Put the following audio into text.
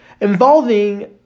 involving